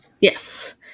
Yes